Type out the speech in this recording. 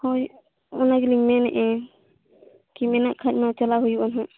ᱦᱳᱭ ᱚᱱᱟ ᱜᱮᱞᱤᱧ ᱢᱮᱱᱮᱫᱼᱟ ᱠᱤ ᱢᱮᱱᱮᱫ ᱠᱷᱟᱱᱢᱟ ᱪᱟᱞᱟᱣ ᱦᱩᱭᱩᱜᱼᱟ ᱱᱟᱦᱟᱜ